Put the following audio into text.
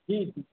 जी जी